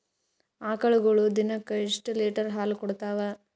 ಆಕಳುಗೊಳು ದಿನಕ್ಕ ಎಷ್ಟ ಲೀಟರ್ ಹಾಲ ಕುಡತಾವ?